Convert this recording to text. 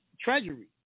Treasury